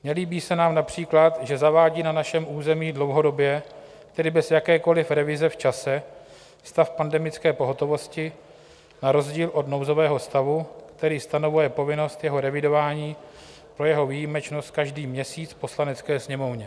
Nelíbí se nám například, že zavádí na našem území dlouhodobě, tedy bez jakékoliv revize v čase, stav pandemické pohotovosti na rozdíl od nouzového stavu, který stanovuje povinnost jeho revidování pro jeho výjimečnost každý měsíc v Poslanecké sněmovně.